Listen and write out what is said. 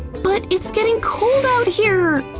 but it's getting cold out here!